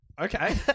Okay